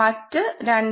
മറ്റ് 2